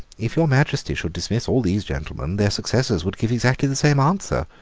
if your majesty should dismiss all these gentlemen, their successors would give exactly the same answer.